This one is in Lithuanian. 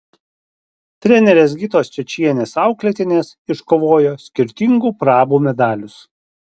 trenerės gitos čečienės auklėtinės iškovojo skirtingų prabų medalius